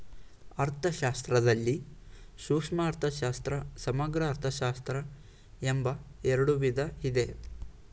ಅರ್ಥಶಾಸ್ತ್ರದಲ್ಲಿ ಸೂಕ್ಷ್ಮ ಅರ್ಥಶಾಸ್ತ್ರ, ಸಮಗ್ರ ಅರ್ಥಶಾಸ್ತ್ರ ಎಂಬ ಎರಡು ವಿಧ ಇದೆ